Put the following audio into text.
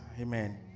Amen